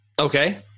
Okay